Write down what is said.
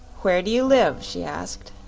where do you live? she asked.